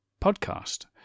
podcast